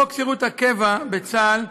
חוק שירות הקבע בצה"ל,